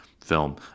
film